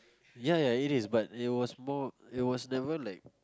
ya ya it is but it was more it was never like